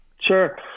Sure